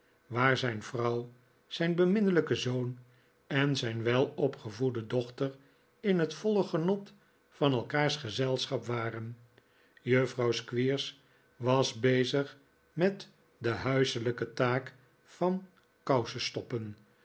waar zijn vrouw zijn beminnelijke zoon en zijn welopgevoede dochter in het voile genot van elkaars gezelschap waren juffrouw squeers was bezig met de huiselijke taak van